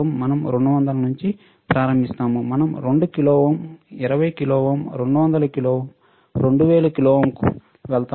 మనం 200 నుండి ప్రారంభిస్తాము మనం 2 kilo ohm 20 kilo ohm 200 kilo ohm 2000 kilo ohm కు వెళ్తాము